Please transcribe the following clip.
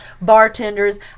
Bartenders